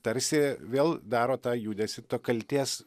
tarsi vėl daro tą judesį tą kaltės